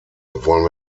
wollen